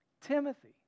Timothy